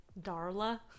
Darla